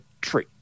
tree